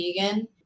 vegan